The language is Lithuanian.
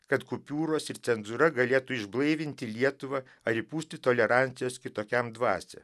kad kupiūros ir cenzūra galėtų išblaivinti lietuvą ar įpūsti tolerancijos kitokiam dvasią